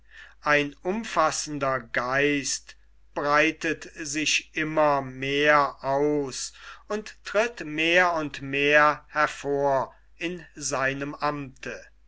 ein umfassender geist breitet sich immer mehr aus und tritt mehr und mehr hervor in seinem amte